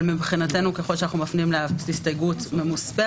אבל מבחינתנו ככל שאנחנו מפנים להסתייגות ממוספרת,